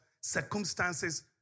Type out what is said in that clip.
circumstances